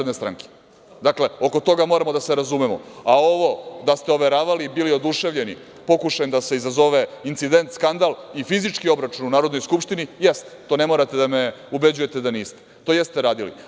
Dakle, oko toga moramo da se razumemo, a ovo da ste overavali i bili oduševljeni pokušajem da se izazove incident, skandal i fizički obračun u Narodnoj skupštini, jeste, to ne morate da me ubeđujete da niste, to jeste radili.